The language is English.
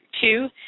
Two